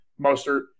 Mostert